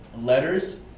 letters